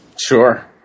Sure